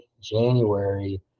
January